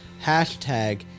Hashtag